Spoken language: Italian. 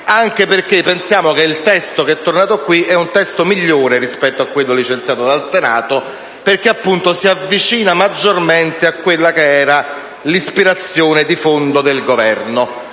anche perché pensiamo che il testo tornato qui sia migliore di quello licenziato dal Senato, dato che si avvicina maggiormente a quella che era l'ispirazione di fondo del Governo.